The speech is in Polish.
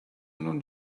mną